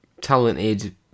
talented